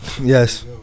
Yes